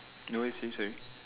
wait you say sorry